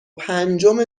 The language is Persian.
پنجم